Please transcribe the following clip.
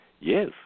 Yes